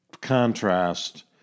contrast